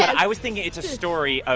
i was thinking it's a story. ah